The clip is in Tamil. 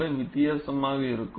அவை வித்தியாசமாக இருக்கும்